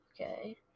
Okay